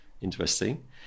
interesting